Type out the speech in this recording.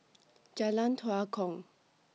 Jalan Tua Kong